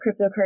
cryptocurrency